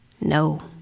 No